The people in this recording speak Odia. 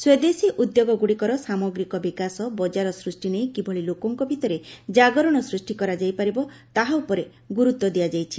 ସ୍ୱଦେଶୀ ଉଦ୍ୟୋଗ ଗୁଡ଼ିକର ସାମଗ୍ରିକ ବିକାଶ ବଜାର ସୂଷି ନେଇକିଭଳି ଲୋକଙ୍କ ଭିତରେ ଜାଗରଣ ସୃଷ୍ କରାଯାଇ ପାରିବ ତାହା ଉପରେ ଗୁରୁତ୍ୱ ଦିଆଯାଇଛି